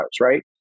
right